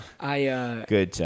Good